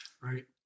right